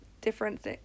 different